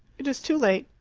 it is too late.